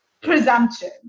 presumption